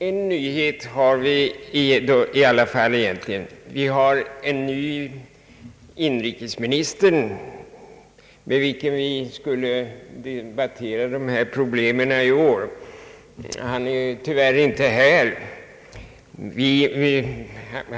En ändring har dock skett: vi har fått en ny inrikesminister, med vilken vi i år skall diskutera detta problem, men han är tyvärr inte här i dag.